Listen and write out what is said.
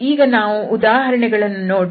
ಈಗ ನಾವು ಉದಾಹರಣೆಗಳನ್ನು ನೋಡೋಣ